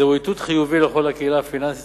זהו איתות חיובי לכל הקהילה הפיננסית